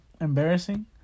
embarrassing